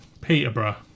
Peterborough